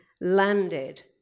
landed